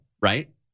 right